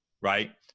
right